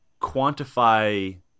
quantify